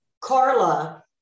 Carla